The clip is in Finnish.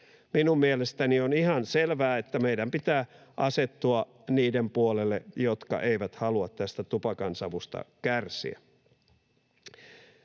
Minun mielestäni on ihan selvää, että meidän pitää asettua niiden puolelle, jotka eivät halua tästä tupakansavusta kärsiä.